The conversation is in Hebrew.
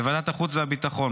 בוועדת החוץ והביטחון,